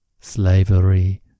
slavery